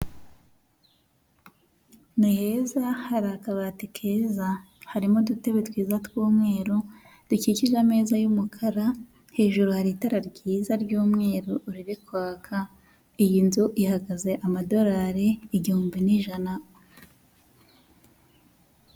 Ni heza hari akabati keza, harimo udutebe twiza tw'umweru dukikije ameza y'umukara, hejuru hari itara ryiza ry'umweru riri kwaka, iyi nzu ihagaze amadorari igihumbi n'ijana.